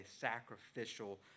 sacrificial